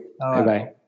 Bye-bye